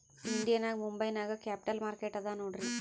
India ನಾಗ್ ಮುಂಬೈ ನಾಗ್ capital market ಅದಾ ನೋಡ್ರಿ